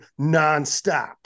nonstop